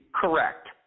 correct